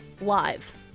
live